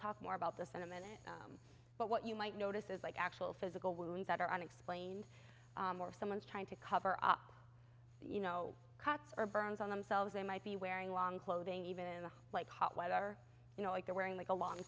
talk more about this in a minute but what you might notice is like actual physical wounds that are unexplained or if someone's trying to cover up you know cuts or burns on themselves they might be wearing long clothing even in like hot weather you know if they're wearing the long